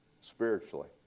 spiritually